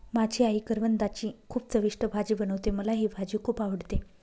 माझी आई करवंदाची खूप चविष्ट भाजी बनवते, मला ही भाजी खुप आवडते